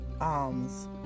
alms